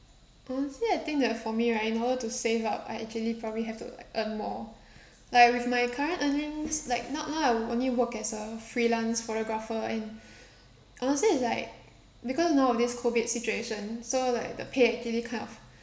I would say I think that for me right in order to save up I actually probably have to like earn more like with my current earnings like now now I only work as a freelance photographer and honestly it's like because now of this COVID situation so like the pay actually kind of